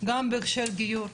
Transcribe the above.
גם בהקשר של גיור,